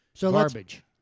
Garbage